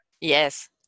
Yes